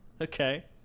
Okay